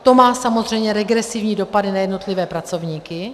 To má samozřejmě regresivní dopady na jednotlivé pracovníky.